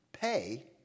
pay